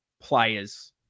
players